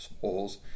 holes